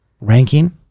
ranking